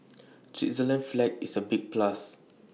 Switzerland's flag is A big plus